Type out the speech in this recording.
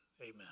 Amen